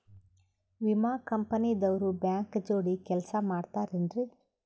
ವಿಮಾ ಕಂಪನಿ ದವ್ರು ಬ್ಯಾಂಕ ಜೋಡಿ ಕೆಲ್ಸ ಮಾಡತಾರೆನ್ರಿ?